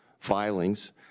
filings